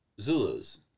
Zulus